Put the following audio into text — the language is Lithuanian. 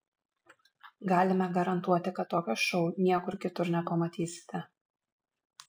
galime garantuoti kad tokio šou niekur kitur nepamatysite